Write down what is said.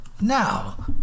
Now